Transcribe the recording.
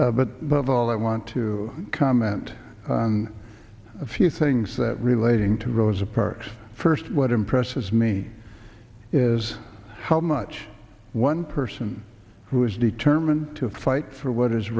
but of all i want to comment a few things that relating to rosa parks first what impresses me is how much one person who is determined to fight for what is